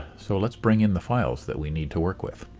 so let's bring in the files that we need to work with.